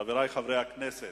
חברי חברי הכנסת,